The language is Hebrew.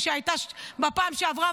שהייתה בפעם שעברה,